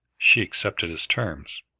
she accepted his terms.